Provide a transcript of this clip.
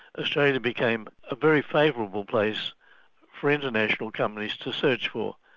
australia became a very favourable place for international companies to search for.